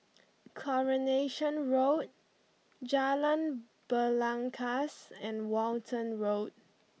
Coronation Road Jalan Belangkas and Walton Road